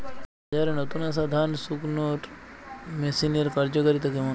বাজারে নতুন আসা ধান শুকনোর মেশিনের কার্যকারিতা কেমন?